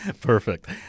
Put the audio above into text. Perfect